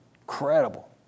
Incredible